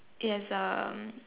it has um